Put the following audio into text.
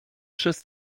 przez